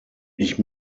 ich